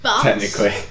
Technically